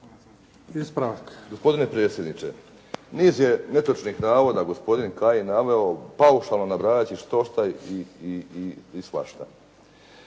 Gospodine predsjedniče, niz je netočnih navoda gospodin Kajin naveo paušalno nabrajati štošta i svašta.